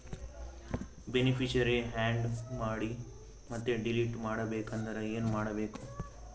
Beneficiary, add ಮಾಡಿ ಮತ್ತೆ delete ಮಾಡಬೇಕೆಂದರೆ ಏನ್ ಮಾಡಬೇಕು?